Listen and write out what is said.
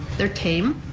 they're tame,